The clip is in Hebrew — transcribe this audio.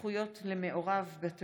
השקעות הון (תיקון, הקלה בתנאי סף למפעל קטן),